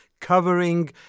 covering